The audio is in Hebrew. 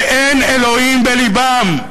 שאין אלוהים בלבם,